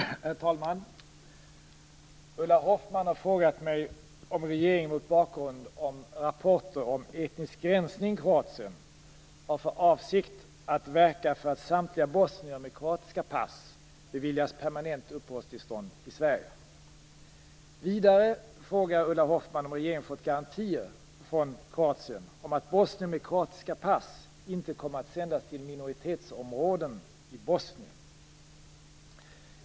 Herr talman! Ulla Hoffmann har frågat mig om regeringen, mot bakgrund av rapporter om "etnisk rensning" i Kroatien, har för avsikt att verka för att samtliga bosnier med kroatiska pass beviljas permanent uppehållstillstånd i Sverige. Vidare frågar Ulla Hoffmann om regeringen fått garantier från Kroatien om att bosnier med kroatiska pass inte kommer att sändas till minoritetsområden i Bosnien.